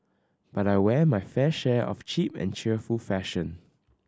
but I wear my fair share of cheap and cheerful fashion